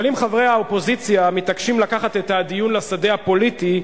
אבל אם חברי האופוזיציה מתעקשים לקחת את הדיון לשדה הפוליטי,